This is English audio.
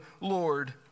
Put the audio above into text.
lord